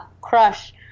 crush